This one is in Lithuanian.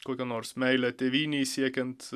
kokią nors meilę tėvynei siekiant